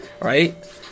Right